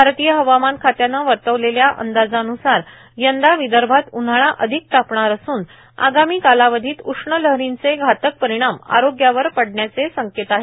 भारतीय हवामान खात्यानं वर्तवलेल्या अंदाजान्सार यंदा विदर्भात उन्हाळा अधिक तापणार असून आगामी कालावधीत उष्ण लहरींचे घातक परिणाम आरोग्यावर पडण्याचे संकेत आहे